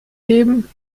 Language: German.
geben